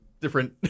different